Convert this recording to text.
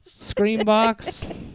Screenbox